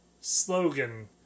slogan